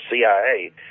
CIA